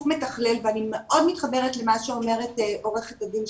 מתכלל ואני מאוד מתחברת למה שאומרת עו"ד שחאדה,